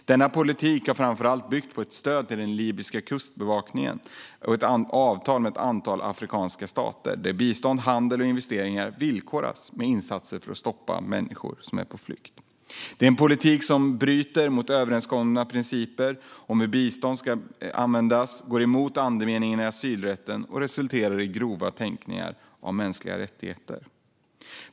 Denna politik har framför allt byggt på stöd till den libyska kustbevakningen och avtal med ett antal afrikanska stater där bistånd, handel och investeringar villkoras med insatser för att stoppa människor som är på flykt. Det är en politik som bryter mot överenskomna principer om hur bistånd ska användas, går emot andemeningen i asylrätten och resulterar i grova kränkningar av mänskliga rättigheter.